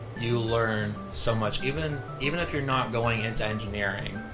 you learn so much. even, even if you're not going into engineering,